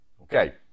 Okay